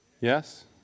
Yes